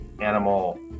animal